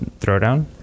Throwdown